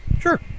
Sure